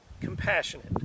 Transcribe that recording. compassionate